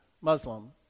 Muslim